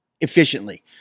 efficiently